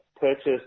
purchased